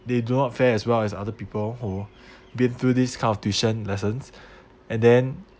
they do not fare as well as other people who been through this kind of tuition lessons and then